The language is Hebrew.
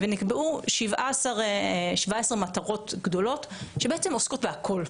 ונקבעו 17 מטרות גדולות שבעצם עוסקות בכול,